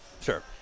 sure